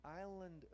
island